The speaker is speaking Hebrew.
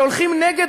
והולכים נגד,